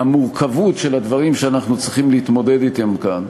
והמורכבות של הדברים שאנחנו צריכים להתמודד אתם כאן,